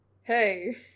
Hey